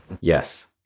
Yes